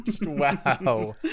Wow